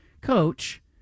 coach